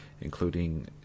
including